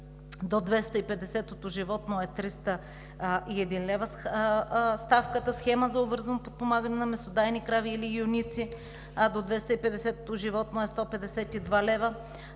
до 250-ото животно е 301 лв. ставката. Схема за обвързано подпомагане на месодайни крави или юници – до 250-ото животно е 152 лв.